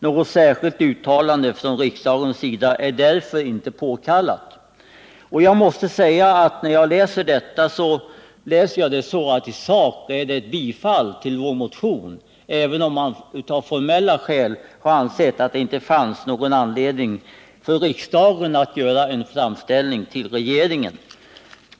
Något särskilt uttalande från riksdagens sida är därför inte påkallat.” Jag måste säga att när jag läser detta ser jag det så att det i sak är ett bifall till vår motion, även om man av formella skäl ansett att det inte fanns någon anledning för riksdagen att göra en framställning till regeringen.